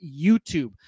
YouTube